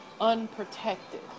unprotected